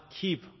keep